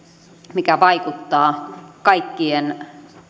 mikä vaikuttaa kaikkien